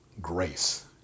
grace